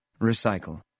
Recycle